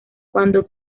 cuando